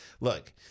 Look